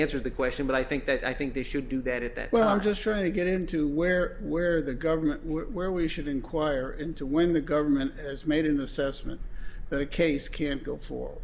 answered the question but i think that i think they should do that at that well i'm just trying to get into where where the government where we should inquire into when the government has made an assessment that a case can't go for